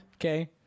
Okay